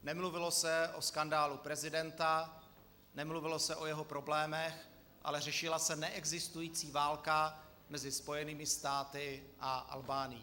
Nemluvilo se o skandálu prezidenta, nemluvilo se o jeho problémech, ale řešila se neexistující válka mezi Spojenými státy a Albánií.